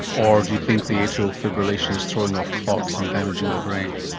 or do you think the atrial fibrillation is throwing off clots and damaging the brain?